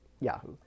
Yahoo